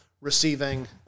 receiving